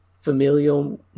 familial